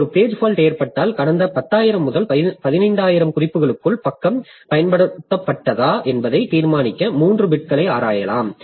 ஒரு page fault ஏற்பட்டால் கடந்த 10000 முதல் 15000 குறிப்புகளுக்குள் பக்கம் பயன்படுத்தப்பட்டதா என்பதை தீர்மானிக்க 3 பிட்களை ஆராயலாம்